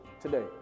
today